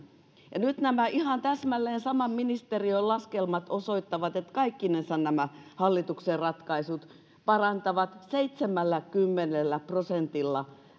ja nyt nämä ihan täsmälleen saman ministeriön laskelmat osoittavat että kaikkinensa nämä hallituksen ratkaisut parantavat seitsemälläkymmenellä prosentilla